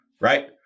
right